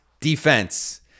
defense